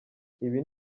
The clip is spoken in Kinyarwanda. ibi